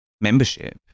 membership